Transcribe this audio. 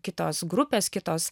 kitos grupės kitos